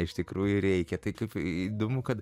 iš tikrųjų reikia tai kaip įdomu kad